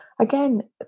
Again